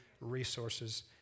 resources